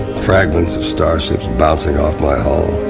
fragments of starships bouncing off my hull.